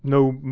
no